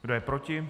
Kdo je proti?